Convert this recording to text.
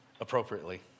appropriately